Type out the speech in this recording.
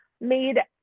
made